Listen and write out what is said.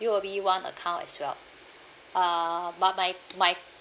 U_O_B one account as well uh but my my